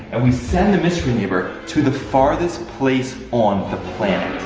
and we send the mystery neighbor to the farthest place on the planet.